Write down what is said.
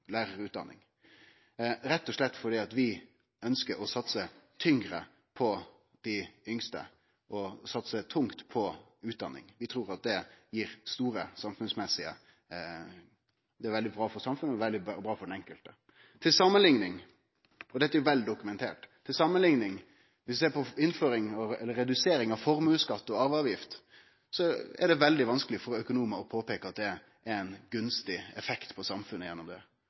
lærarutdanning. Det er rett og slett fordi vi ønskjer å satse tyngre på dei yngste og tungt på utdanning. Vi trur det er veldig bra for samfunnet og veldig bra for den enkelte. Til samanlikning – og dette er veldokumentert – dersom vi ser på reduksjon av formuesskatt og arveavgift, er det svært vanskeleg for økonomar å påpeike at det har ein gunstig effekt på samfunnet. Svært få har klart å seie frå denne talarstolen at det